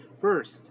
First